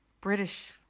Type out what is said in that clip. British